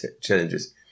challenges